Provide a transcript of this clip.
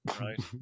Right